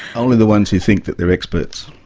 only the ones who think that they're experts.